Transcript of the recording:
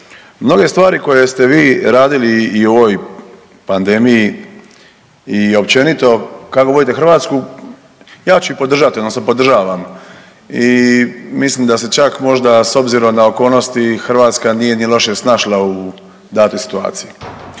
mnoge stvari koje ste vi radili i u ovoj pandemiji i općenito kako vodite Hrvatsku, ja ću podržati odnosno podržavam i mislim da se čak možda s obzirom na okolnosti Hrvatska nije ni loše snašla u datoj situaciji.